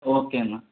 okay എന്നാൽ